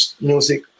music